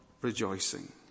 rejoicing